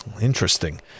Interesting